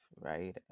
right